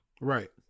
Right